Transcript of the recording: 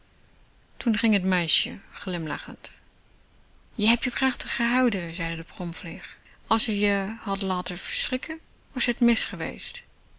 toen ging het meisje glimlachend je heb je prachtig gehouden zeide de bromvlieg als je je had laten verschrikken was t mis geweest